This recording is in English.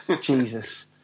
Jesus